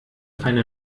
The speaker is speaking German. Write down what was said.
keine